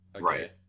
Right